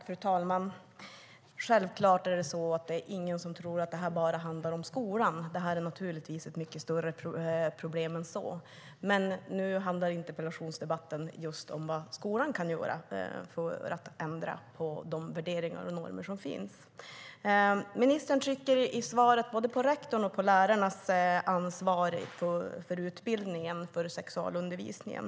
Fru talman! Självklart tror ingen att detta bara handlar om skolan. Det är naturligtvis ett mycket större problem än så, men nu handlar interpellationsdebatten om vad just skolan kan göra för att ändra på de värderingar och normer som finns. Ministern trycker i svaret på både rektorns och lärarnas ansvar för sexualundervisningen.